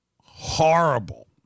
horrible